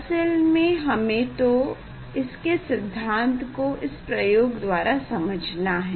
असल में हमे तो इसके सिद्धांत को इस प्रयोग द्वारा समझना है